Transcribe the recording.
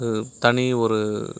தனி ஒரு